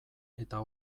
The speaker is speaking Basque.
eta